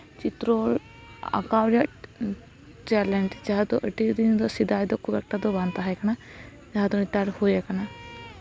ᱪᱤᱛᱛᱨᱚ ᱟᱸᱠᱟᱣ ᱨᱮ ᱴᱮᱞᱮᱱᱰ ᱡᱟᱦᱟᱸ ᱫᱚ ᱟᱹᱰᱤ ᱫᱤᱱ ᱫᱚ ᱥᱮᱫᱟᱭ ᱫᱚᱠᱚ ᱠᱷᱩᱵ ᱮᱠᱴᱟ ᱫᱚ ᱵᱟᱝ ᱛᱟᱦᱮᱸ ᱠᱟᱱᱟ ᱡᱟᱦᱟᱸ ᱫᱚ ᱱᱮᱛᱟᱨ ᱦᱳᱭ ᱟᱠᱟᱱᱟ